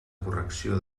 correcció